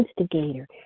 instigator